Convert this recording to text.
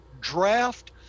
draft